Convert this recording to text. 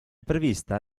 prevista